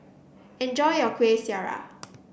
enjoy your Kueh Syara